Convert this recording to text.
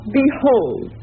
behold